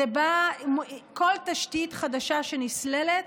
כל תשתית חדשה שנסללת,